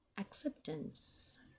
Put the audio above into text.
acceptance